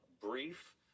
brief